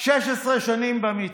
16 שנים במצטבר.